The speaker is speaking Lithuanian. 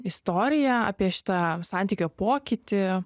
istoriją apie šitą santykio pokytį